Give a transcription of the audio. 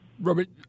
Robert